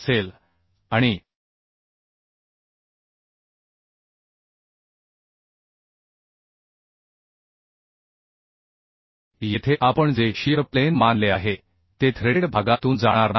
असेल आणि येथे आपण जे शीअर प्लेन मानले आहे ते थ्रेडेड भागातून जाणार नाही